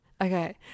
okay